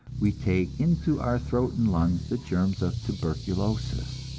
we take into our throat and lungs the germs of tuberculosis.